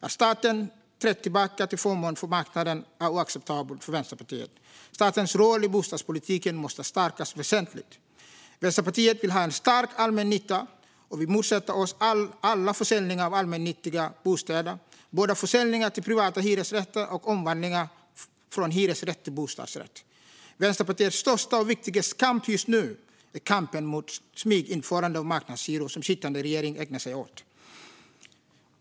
Att staten har trätt tillbaka till förmån för marknaden är oacceptabelt för Vänsterpartiet. Statens roll i bostadspolitiken måste stärkas väsentligt. Vänsterpartiet vill ha en stark allmännytta. Vi motsätter oss alla försäljningar av allmännyttiga bostäder, både försäljningar till privata hyresrätter och omvandlingar från hyresrätt till bostadsrätt. Vänsterpartiets största och viktigaste kamp just nu är kampen mot smyginförande av marknadshyror som sittande regering ägnar sig åt.